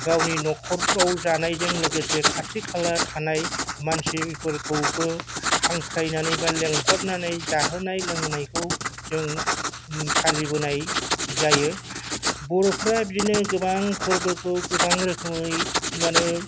गावनि न'खरफ्राव जानायजों लोगोसे खाथि खाला थानाय मानसिफोरखौबो हांख्रायनानै एबा लेंहरनानै जाहोनाय लोंहोनायखौ जों फालिबोनाय जायो बर'फोरा बिदिनो गोबां फोरबोखौ गोबां रोखोमै माने